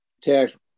tax